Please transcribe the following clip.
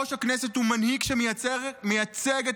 יושב-ראש הכנסת הוא מנהיג שמייצג את